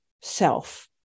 self